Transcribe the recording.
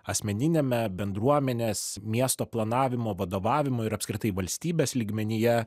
asmeniniame bendruomenės miesto planavimo vadovavimo ir apskritai valstybės lygmenyje